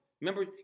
Remember